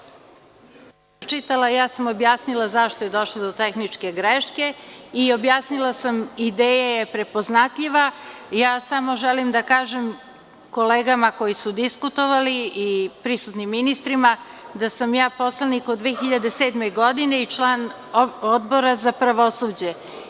Nisam uopšte čitala, ja sam objasnila zašto je došlo do tehničke greške i objasnila sam, ideja je prepoznatljiva, samo želim da kažem kolegama koji su diskutovali i prisutnim ministrima, da sam ja poslanik od 2007. godine i član Odbora za pravosuđe.